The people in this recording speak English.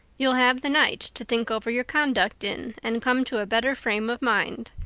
you'll have the night to think over your conduct in and come to a better frame of mind.